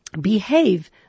behave